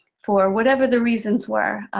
for whatever the reasons were,